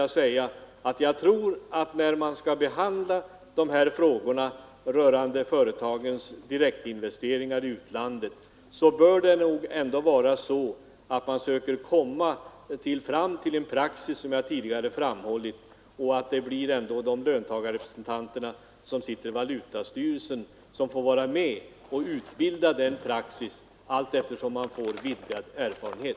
Jag tror, herr Werner i Tyresö, att när man skall behandla frågorna rörande företagens direktinvesteringar i utlandet bör man söka komma fram till en praxis som — det har jag tidigare framhållit — bl.a. de löntagarrepresentanter som sitter i valutastyrelsen får vara med om att utbilda allteftersom man får vidgad erfarenhet.